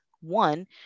One